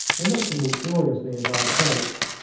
they looked at me curiously as i approached.